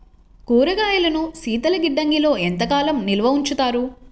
కూరగాయలను శీతలగిడ్డంగిలో ఎంత కాలం నిల్వ ఉంచుతారు?